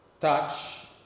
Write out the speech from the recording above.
touch